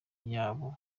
yabo